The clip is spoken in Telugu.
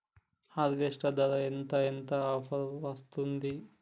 హార్వెస్టర్ ధర ఎంత ఎంత ఆఫర్ వస్తుంది?